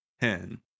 Ten